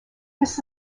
this